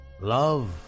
Love